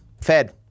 Fed